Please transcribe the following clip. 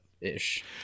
ish